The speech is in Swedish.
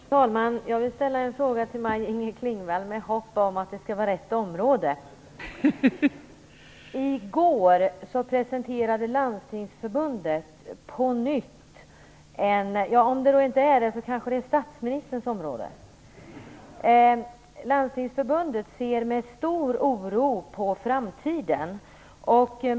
Fru talman! Jag vill ställa en fråga till Maj-Inger Klingvall med hopp om att det skall vara rätt område. Om det inte är det så kanske det är statsministerns område. I går presenterade Landstingsförbundet på nytt en prognos. Landstingsförbundet ser med stor oro på framtiden.